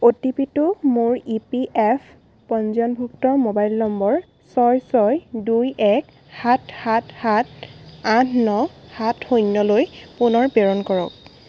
অ' T P টো মোৰ E P F পঞ্জীয়নভুক্ত মোবাইল নম্বৰ ছয় ছয় দুই এক সাত সাত সাত আঠ ন সাত শূন্যলৈ পুনৰ প্ৰেৰণ কৰক